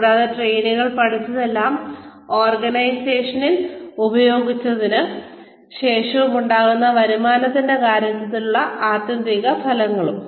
കൂടാതെ ട്രെയിനികൾ പഠിച്ചതെല്ലാം ഓർഗനൈസേഷനിൽ ഉപയോഗിച്ചതിന് ശേഷം ഉണ്ടാകുന്ന വരുമാനത്തിന്റെ കാര്യത്തിലുള്ള ആത്യന്തിക ഫലങ്ങളും